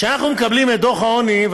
כשאנחנו מקבלים את דוח העוני,